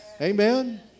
Amen